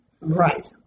Right